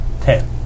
Ten